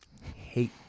Hate